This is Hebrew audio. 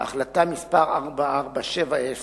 החלטה מס' 4470